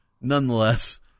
Nonetheless